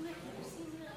לביטחון לאומי.